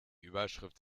überschrift